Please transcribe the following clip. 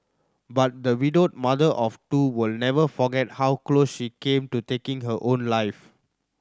but the widowed mother of two will never forget how close she came to taking her own life